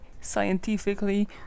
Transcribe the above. scientifically